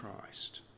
Christ